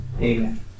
Amen